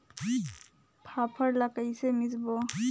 फाफण ला कइसे मिसबो?